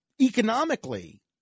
economically